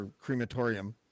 crematorium